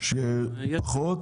אלא פחות